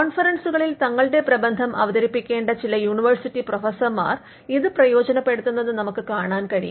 കോൺഫെറെൻസുകളിൽ തങ്ങളുടെ പ്രബന്ധം അവതരിപ്പിക്കേണ്ട ചില യൂണിവേഴ്സിറ്റി പ്രൊഫസർമാർ ഇത് പ്രയോജനപ്പെടുത്തുന്നത് നമുക്ക് കാണാൻ കഴിയും